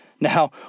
Now